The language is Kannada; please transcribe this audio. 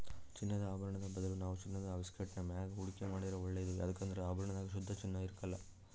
ಚಿನ್ನದ ಆಭರುಣುದ್ ಬದಲು ನಾವು ಚಿನ್ನುದ ಬಿಸ್ಕೆಟ್ಟಿನ ಮ್ಯಾಗ ಹೂಡಿಕೆ ಮಾಡಿದ್ರ ಒಳ್ಳೇದು ಯದುಕಂದ್ರ ಆಭರಣದಾಗ ಶುದ್ಧ ಚಿನ್ನ ಇರಕಲ್ಲ